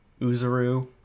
Uzaru